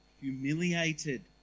humiliated